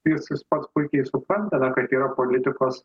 jis pats puikiai supranta na kad yra politikos